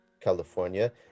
California